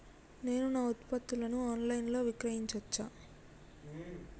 నేను నా ఉత్పత్తులను ఆన్ లైన్ లో విక్రయించచ్చా?